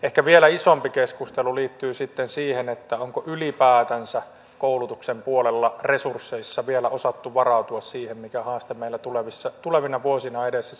ehkä vielä isompi keskustelu liittyy sitten siihen onko ylipäätänsä koulutuksen puolella resursseissa vielä osattu varautua siihen mikä haaste meillä tulevina vuosina on edessä